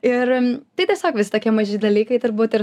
ir tai tiesiog visi tokie maži dalykai turbūt ir